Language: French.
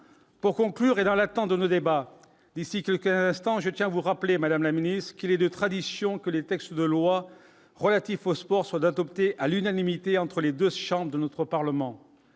pour conclure et dans l'attente de nos débats, d'ici quelques instants, je tiens à vous rappeler, Madame la Ministre, qu'il est de tradition que les textes de loi relatif au sport sur d'adopter à l'unanimité entre les 2 chambres de notre Parlement,